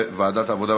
לוועדת העבודה,